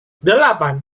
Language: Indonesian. delapan